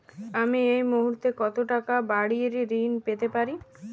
আমি এই মুহূর্তে কত টাকা বাড়ীর ঋণ পেতে পারি?